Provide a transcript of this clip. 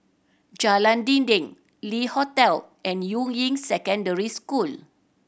Jalan Dinding Le Hotel and Yuying Secondary School